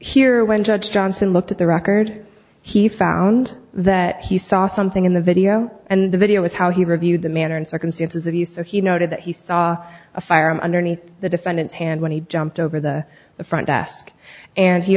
here when judge johnson looked at the record he found that he saw something in the video and the video was how he reviewed the manner and circumstances of use of he noted that he saw a fire underneath the defendant's hand when he jumped over the front desk and he